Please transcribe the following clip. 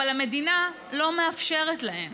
אבל המדינה לא מאפשרת להן.